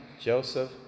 Joseph